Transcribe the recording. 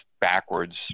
backwards